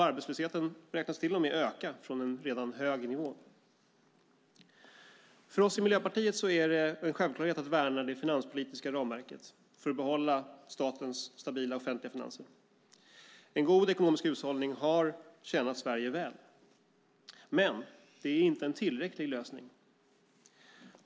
Arbetslösheten beräknas till och med öka från en redan hög nivå. För oss i Miljöpartiet är det en självklarhet att värna det finanspolitiska ramverket för att behålla statens stabila offentliga finanser. En god ekonomisk hushållning har tjänat Sverige väl. Men det är inte en tillräcklig lösning.